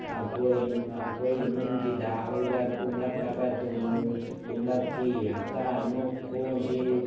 ꯑꯩꯈꯣꯏ ꯑꯩꯈꯣ ꯏꯃꯨꯡꯒꯤ ꯗꯥ ꯍꯣꯏꯒ ꯀꯨꯝꯂꯛꯂꯕ ꯇꯨꯡ ꯀꯨꯝꯂꯛꯈꯤ ꯍꯞꯇꯥ ꯃꯨꯛ ꯈꯣꯡꯁꯤ